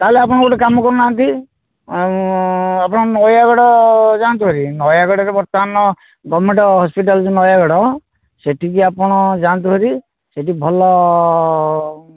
ତାହେଲେ ଆପଣ ଗୋଟିଏ କାମ କରୁନାହାନ୍ତି ଆପଣ ନୟାଗଡ଼ ଯାଆନ୍ତୁ ଭାରି ନୟାଗଡ଼ରେ ବର୍ତ୍ତମାନ ଗଭର୍ଣ୍ଣମେଣ୍ଟ ହସ୍ପିଟାଲ ଯୋଉ ନୟାଗଡ଼ ସେଠିକି ଆପଣ ଯାଆନ୍ତୁ ଭାରି ସେଠି ଭଲ